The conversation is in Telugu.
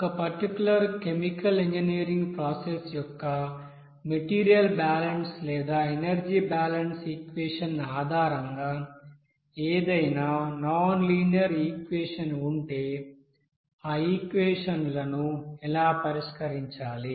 ఒక పర్టికులర్ కెమికల్ ఇంజనీరింగ్ ప్రాసెస్ యొక్క మెటీరియల్ బ్యాలెన్స్ లేదా ఎనర్జీ బ్యాలెన్స్ ఈక్వెషన్ ఆధారంగా ఏదైనా నాన్ లీనియర్ ఈక్వెషన్ ఉంటే ఆ ఈక్వెషన్ లను ఎలా పరిష్కరించాలి